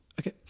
okay